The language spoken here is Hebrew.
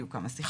היו כמה שיחות.